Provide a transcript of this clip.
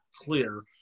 clear